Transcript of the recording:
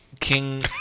King